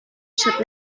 should